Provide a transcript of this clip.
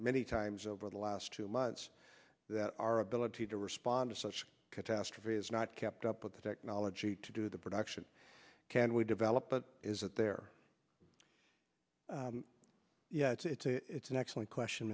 many times over the last two months that our ability to respond to such catastrophe has not kept up with the technology to do the production can we develop but isn't there you know it's a it's an excellent question